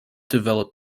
developed